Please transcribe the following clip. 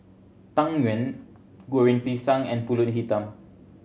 Tang Yuen Goreng Pisang and Pulut Hitam